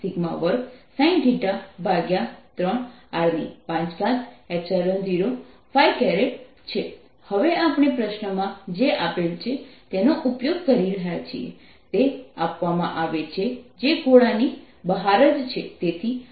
S R62sinθ3r50 હવે આપણે પ્રશ્નમાં જે આપેલ છે તેનો ઉપયોગ કરી રહ્યા છીએ તે આપવામાં આવે છે જે ગોળાની બહાર જ છે